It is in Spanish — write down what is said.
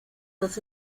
dos